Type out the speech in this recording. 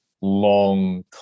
long